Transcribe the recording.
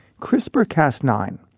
CRISPR-Cas9